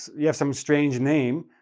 you have some strange name,